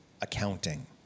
accounting